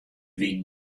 wie